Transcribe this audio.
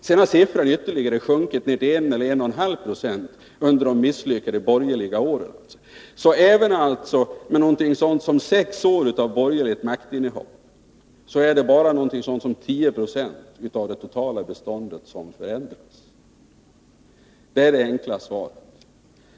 Sedan har siffran ytterligare sjunkit — till 1 å 1,5 20 — under de misslyckade borgerliga åren. Så även med sex år av borgerligt maktinnehav är det bara ungefär 10 92 av det totala beståndet som förändras. Det är det enkla svaret.